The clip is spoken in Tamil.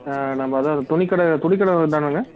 ஆ நம்ம அதாவது துணிக்கடை துணிக்கடைதானங்க